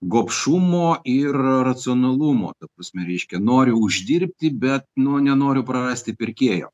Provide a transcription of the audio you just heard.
gobšumo ir racionalumo ta prasme reiškia nori uždirbti bet nu nenoriu prarasti pirkėjo